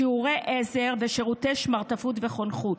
שיעורי עזר ושירותי שמרטפות וחונכות,